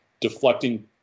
deflecting